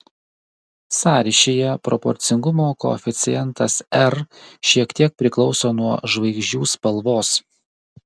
sąryšyje proporcingumo koeficientas r šiek tiek priklauso nuo žvaigždžių spalvos